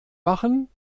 machen